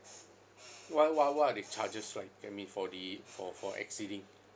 what what what are the charges like I mean for the for for exceeding